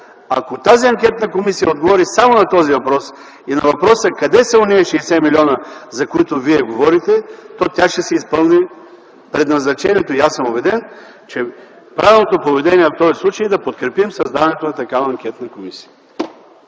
Ако тази анкетна комисия отговори само на този въпрос и на въпроса къде са онези 60 милиона лева, за които Вие говорите, то тя ще изпълни предназначението си. Убеден съм, че правилното поведение в този случай е да подкрепим създаването на такава анкетна комисия.